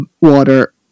water